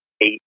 eight